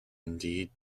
indeed